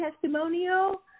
testimonial